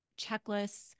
checklists